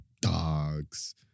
dogs